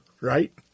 right